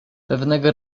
pewnego